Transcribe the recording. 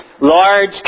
large